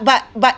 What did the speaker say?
but but